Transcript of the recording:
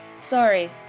Sorry